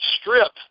strip